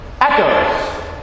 echoes